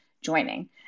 joining